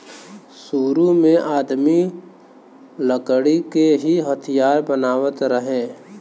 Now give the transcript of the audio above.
सुरु में आदमी लकड़ी के ही हथियार बनावत रहे